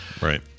Right